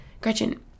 Gretchen